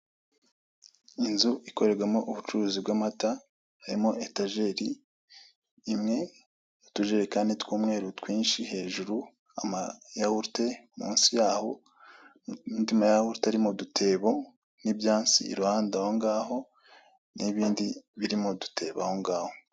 Inzu ikorerwamo ubucuruzi bw'amata, harimo: etajeri imwe, utujerekani tw'umweru twinshi hejuru, amayahurute munsi y'aho, andi mayahurute ari mu dutebo, n'ibyansi iruhande ahongaho, n'ibindi biri mu dutebo ahongaho.